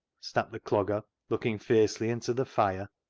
snapped the clogger, looking fiercely into the fire.